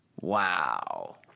Wow